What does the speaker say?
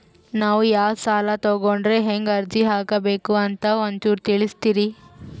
ನಾವು ಯಾ ಸಾಲ ತೊಗೊಂಡ್ರ ಹೆಂಗ ಅರ್ಜಿ ಹಾಕಬೇಕು ಅಂತ ಒಂಚೂರು ತಿಳಿಸ್ತೀರಿ?